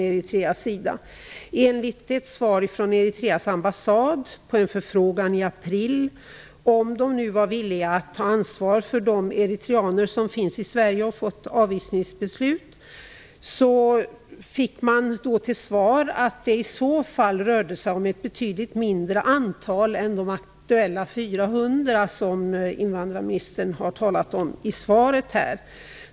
Enligt ett svar från Eritreas ambassad på en förfrågan i april om Eritrea nu var villigt att ta ansvar för de eritreaner som finns i Sverige och fått avvisningsbeslut, sades att det i så fall rörde sig om ett betydligt mindre antal än de aktuella 400 som invandrarministern har talat om i svaret.